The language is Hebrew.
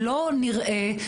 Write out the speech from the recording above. לא נראה,